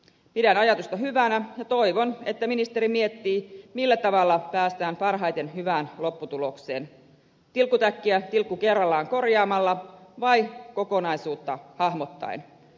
pidän ajatusta hyvänä ja toivon että ministeri miettii millä tavalla päästään parhaiten hyvään lopputulokseen tilkkutäkkiä tilkku kerrallaan korjaamalla vai kokonaisuutta hahmottaen